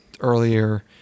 earlier